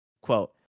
quote